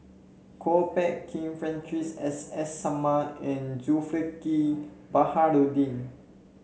Kwok Peng Kin Francis S S Sarma and Zulkifli Baharudin